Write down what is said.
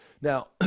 Now